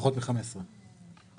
פחות מ-15 שנים.